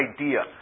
idea